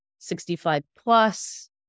65-plus